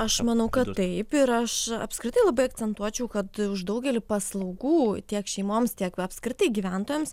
aš manau kad taip ir aš apskritai labai akcentuočiau kad už daugelį paslaugų tiek šeimoms tiek apskritai gyventojams